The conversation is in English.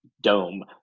dome